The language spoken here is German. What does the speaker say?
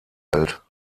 welt